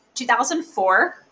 2004